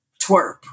twerp